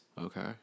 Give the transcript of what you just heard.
Okay